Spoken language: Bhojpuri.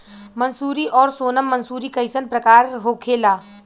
मंसूरी और सोनम मंसूरी कैसन प्रकार होखे ला?